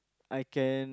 I can